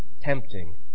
tempting